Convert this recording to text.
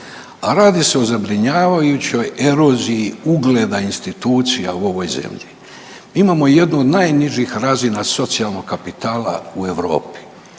a radi se o zabrinjavajućoj eroziji ugleda institucijama u ovoj zemlji. Mi imamo jednu od najnižih razina socijalnog kapitala u Europi.